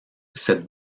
cette